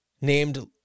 named